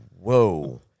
Whoa